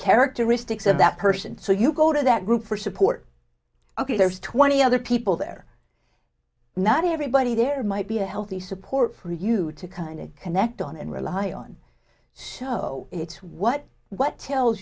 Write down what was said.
characteristics of that person so you go to that group for support ok there's twenty other people there not everybody there might be a healthy support for you to kind of connect on and rely on show it's what what tells